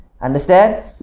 understand